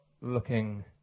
looking